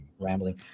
rambling